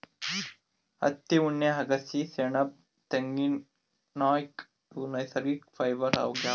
ಹತ್ತಿ ಉಣ್ಣೆ ಅಗಸಿ ಸೆಣಬ್ ತೆಂಗಿನ್ಕಾಯ್ ಇವ್ ನೈಸರ್ಗಿಕ್ ಫೈಬರ್ ಆಗ್ಯಾವ್